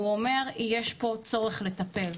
והוא אומר שיש פה צורך לטפל.